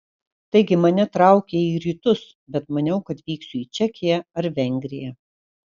taigi mane traukė į rytus bet maniau kad vyksiu į čekiją ar vengriją